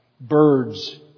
birds